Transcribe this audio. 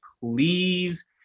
please